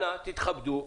אנא תתכבדו,